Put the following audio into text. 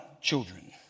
children